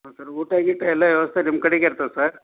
ಹ್ಞೂ ಸರ್ ಊಟ ಗೀಟ ಎಲ್ಲ ವ್ಯವಸ್ಥೆ ಎಲ್ಲ ನಿಮ್ಮ ಕಡೆಗೆ ಇರ್ತದ್ಯ ಸಾರ್